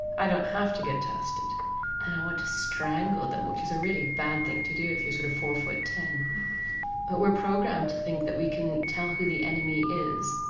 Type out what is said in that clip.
i don't have to get tested and i want to strangle them which is a really bad thing to do if you're sort of four foot ten. but we're programmed to think that we can tell who the enemy is,